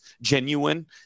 genuine